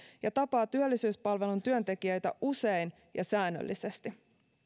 ja tapaa työllisyyspalvelun työntekijöitä usein ja säännöllisesti